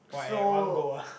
wow at one go ah